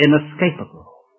inescapable